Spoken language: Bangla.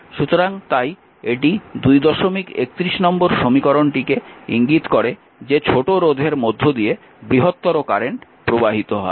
সুতরাং তাই এটি 231 নম্বর সমীকরণটিকে ইঙ্গিত করে যে ছোট রোধের মধ্য দিয়ে বৃহত্তর কারেন্ট প্রবাহিত হয়